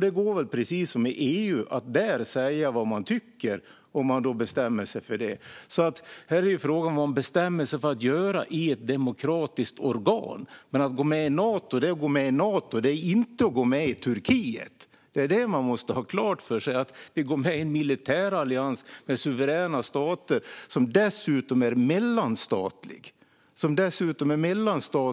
Det går, precis som i EU, att där säga vad man tycker om man bestämmer sig för det. Här är det en fråga om vad man bestämmer sig för att göra i ett demokratiskt organ. Att gå med i Nato är att gå med i Nato. Det är inte att gå med i Turkiet. Det är det man måste ha klart för sig. Det är att gå med i en militärallians med suveräna stater som dessutom är mellanstatlig;